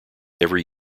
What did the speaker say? every